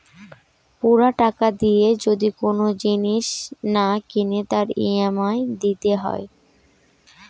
পুরা টাকা দিয়ে যদি কোন জিনিস না কিনে তার ই.এম.আই দিতে হয়